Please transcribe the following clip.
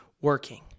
working